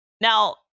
Now